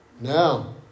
Now